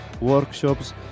workshops